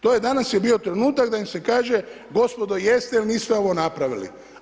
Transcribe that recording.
To je danas je bio trenutak da im se kaže gospodo jeste ili niste ovo napravili?